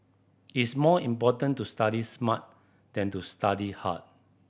it's more important to study smart than to study hard